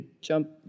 jump